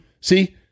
See